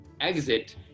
exit